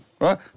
right